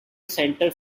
center